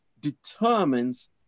determines